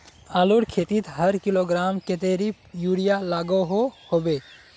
आलूर खेतीत हर किलोग्राम कतेरी यूरिया लागोहो होबे?